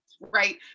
right